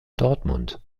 dortmund